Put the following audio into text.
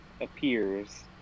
appears